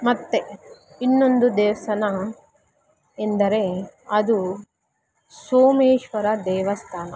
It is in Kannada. ಮತ್ತೆ ಇನ್ನೊಂದು ದೇವಸ್ಥಾನ ಎಂದರೆ ಅದು ಸೋಮೇಶ್ವರ ದೇವಸ್ಥಾನ